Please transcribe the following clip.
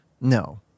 No